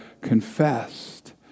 confessed